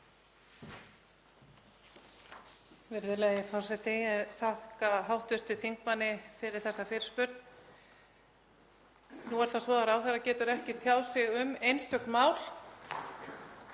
Virðulegi forseti. Ég þakka hv. þingmanni fyrir þessa fyrirspurn. Nú er það svo að ráðherra getur ekki tjáð sig um einstök mál